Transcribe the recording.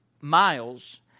miles